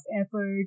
effort